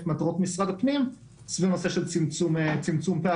מטרות משרד הפנים סביב הנושא של צמצום פערים.